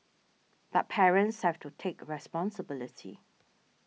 but parents have to take responsibility